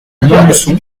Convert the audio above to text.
montluçon